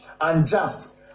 unjust